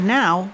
now